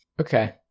Okay